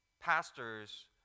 Pastors